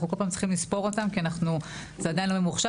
אנחנו כל הזמן צריכים לספור אותן כי זה עדיין לא ממוחשב